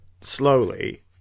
slowly